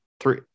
Three